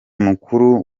mukuru